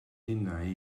ninnau